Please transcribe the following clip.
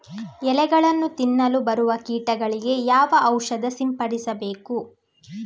ಎಲೆಗಳನ್ನು ತಿನ್ನಲು ಬರುವ ಕೀಟಗಳಿಗೆ ಯಾವ ಔಷಧ ಸಿಂಪಡಿಸಬೇಕು?